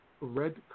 red